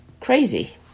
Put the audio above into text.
crazy